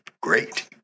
great